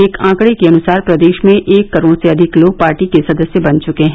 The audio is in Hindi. एक आंकड़े के अनुसार प्रदेश में एक करोड से अधिक लोग पार्टी के सदस्य बन चके हैं